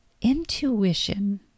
Intuition